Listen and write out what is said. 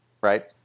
right